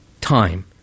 time